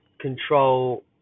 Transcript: control